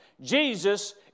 Jesus